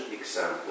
example